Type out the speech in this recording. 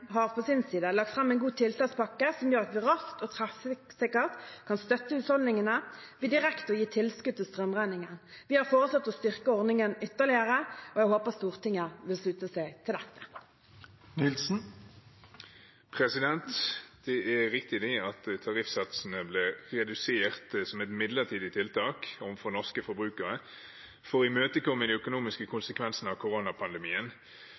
har på sin side lagt fram en god tiltakspakke som gjør at vi raskt og treffsikkert kan støtte husholdningene ved direkte å gi tilskudd til strømregningen. Vi har foreslått å styrke ordningen ytterligere, og jeg håper Stortinget vil slutte seg til dette. Det er riktig at tariffsatsene ble redusert som et midlertidig tiltak overfor norske forbrukere for å imøtekomme de økonomiske konsekvensene av koronapandemien.